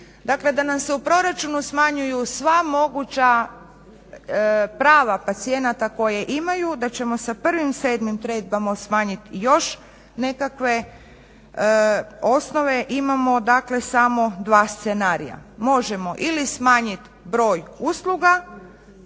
dakle da nam se u proračunu smanjuju sva moguća prava pacijenata koja imaju da ćemo sa 1.7.trebamo smanjiti još nekakve osnove imamo dakle samo dva scenarija. Možemo ili smanjiti broj usluga